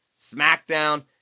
SmackDown